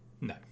No